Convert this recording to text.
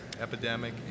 epidemic